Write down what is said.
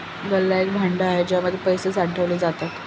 गल्ला एक भांड आहे ज्याच्या मध्ये पैसे साठवले जातात